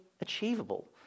achievable